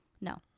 No